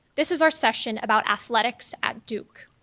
this is our session about athletics, at duke,